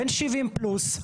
בן 70 פלוס,